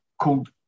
called